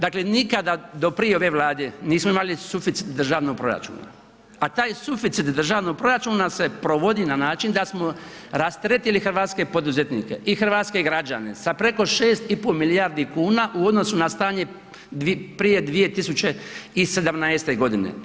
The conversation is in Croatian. Dakle, nikada do prije ove Vlade nismo imali suficit u državnom proračunu, a taj suficit u državnom proračunu nam se provodi na način da smo rasteretili hrvatske poduzetnike i hrvatske građane sa preko 6,5 milijardi kuna u odnosu na stanje prije 2017. godine.